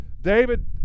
David